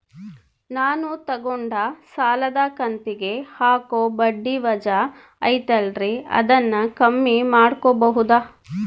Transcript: ನಾನು ತಗೊಂಡ ಸಾಲದ ಕಂತಿಗೆ ಹಾಕೋ ಬಡ್ಡಿ ವಜಾ ಐತಲ್ರಿ ಅದನ್ನ ಕಮ್ಮಿ ಮಾಡಕೋಬಹುದಾ?